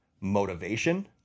motivation